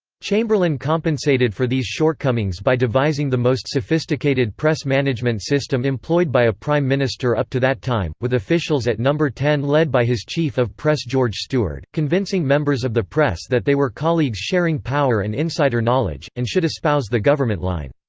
chamberlain compensated for these shortcomings by devising the most sophisticated press management system employed by a prime minister up to that time, with officials at number ten led by his chief of press george steward, convincing members of the press that they were colleagues sharing power and insider knowledge, and should espouse the government line.